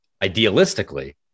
idealistically